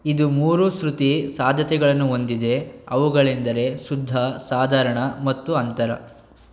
ಇದು ಮೂರು ಶೃತಿ ಸಾಧ್ಯತೆಗಳನ್ನು ಹೊಂದಿದೆ ಅವುಗಳೆಂದರೆ ಶುದ್ಧ ಸಾಧಾರಣ ಮತ್ತು ಅಂತರ